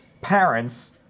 parents